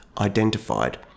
identified